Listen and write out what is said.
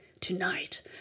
Tonight